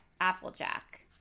Applejack